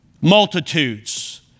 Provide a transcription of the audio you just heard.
Multitudes